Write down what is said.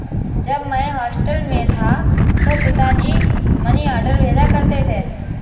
जब मैं हॉस्टल में था तो पिताजी मनीऑर्डर भेजा करते थे